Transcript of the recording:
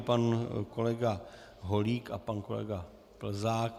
Pan kolega Holík a pan kolega Plzák.